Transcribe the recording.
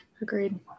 Agreed